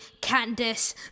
Candice